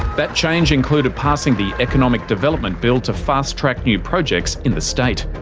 that change included passing the economic development bill to fast-track new projects in the state.